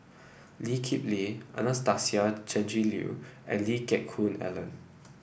Lee Kip Lee Anastasia Tjendri Liew and Lee Geck Hoon Ellen